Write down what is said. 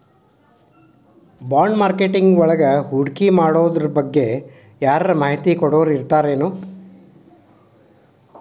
ಬಾಂಡ್ಮಾರ್ಕೆಟಿಂಗ್ವಳಗ ಹೂಡ್ಕಿಮಾಡೊದ್ರಬಗ್ಗೆ ಯಾರರ ಮಾಹಿತಿ ಕೊಡೊರಿರ್ತಾರೆನು?